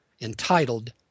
entitled